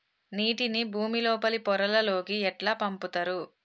నీటిని భుమి లోపలి పొరలలోకి ఎట్లా పంపుతరు?